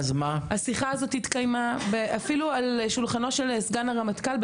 השיחה הזאת התקיימה אפילו על שולחנו של סגן הרמטכ"ל,